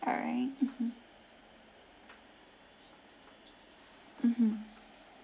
alright mmhmm mmhmm